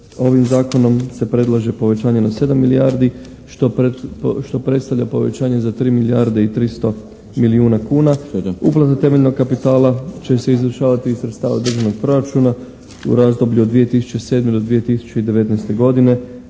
ovim zakonom se predlaže povećanje na 7 milijardi što predstavlja povećanje za 3 milijarde i 300 milijuna kuna. Uplata temeljnog kapitala će se izvršavati iz sredstava državnog proračuna u razdoblju od 2007.-2019. godine